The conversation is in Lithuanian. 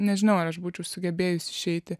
nežinau ar aš būčiau sugebėjus išeiti